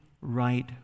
right